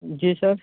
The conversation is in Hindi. जी सर